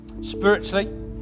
spiritually